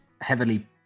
heavily